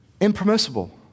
Impermissible